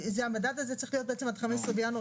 המדד הזה צריך להיות בעצם עד 15 בינואר